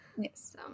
Yes